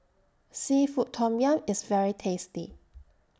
Seafood Tom Yum IS very tasty